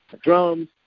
drums